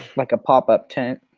like a pop-up tent.